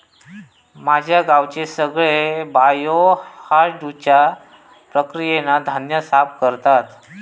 माझ्या गावचे सगळे बायो हासडुच्या प्रक्रियेन धान्य साफ करतत